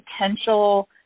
potential